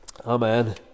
Amen